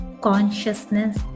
consciousness